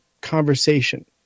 conversation